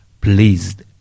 pleased